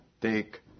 take